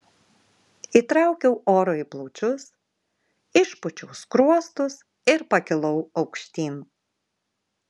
įtraukiau oro į plaučius išpūčiau skruostus ir pakilau aukštyn